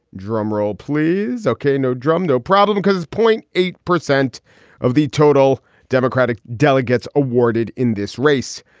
drum roll, please. okay. no drum, no problem. because point eight percent of the total democratic delegates awarded in this race.